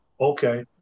Okay